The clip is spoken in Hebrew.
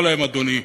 להיות פטריוט במדינת